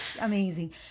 amazing